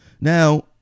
Now